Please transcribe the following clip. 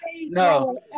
No